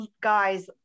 guy's